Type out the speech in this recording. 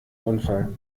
unfall